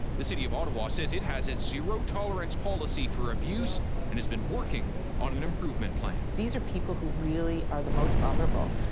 the city of ottawa says it has a zero tolerance policy for abuse and has been working on an improvement plan. these are people who really are the most vulnerable.